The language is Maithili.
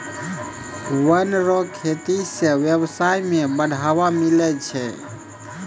वन रो खेती से व्यबसाय में बढ़ावा मिलै छै